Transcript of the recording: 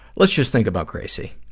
let's just think about gracie.